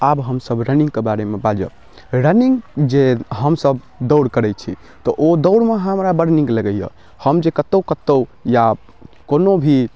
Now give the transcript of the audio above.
आब हमसब रनिंगके बारेमे बाजब रनिंग जे हमसब दौड़ करै छी तऽ ओ दौड़मे हमरा बड़ नीक लगैए हम जे कतौ कतौ या कोनो भी